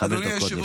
דקות לרשותך.